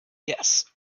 yes